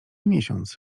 miesiąc